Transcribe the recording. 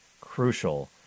crucial